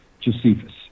Josephus